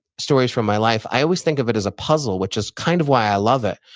stories from my life, i always think of it as a puzzle, which is kind of why i love it,